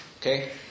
Okay